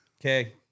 Okay